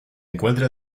encuentra